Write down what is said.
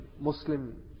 Muslim